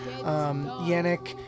yannick